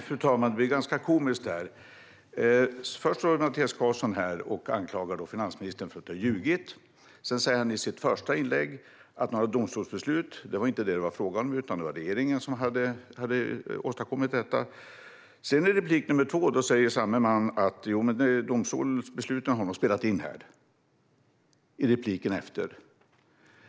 Fru talman! Detta blir ganska komiskt. Först står Mattias Karlsson här och anklagar finansministern för att ha ljugit. Sedan säger han att det inte var fråga om några domstolsbeslut, utan det var regeringen som hade åstadkommit detta. I inlägg nummer två säger han: Jo, men domstolsbeslut har nog spelat in här.